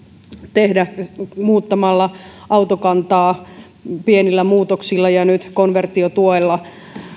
tehdä muuttamalla autokantaa pienillä muutoksilla ja nyt konversiotuella